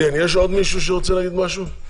יש עוד מישהו שרוצה להגיד משהו?